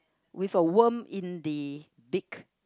with a worm in the big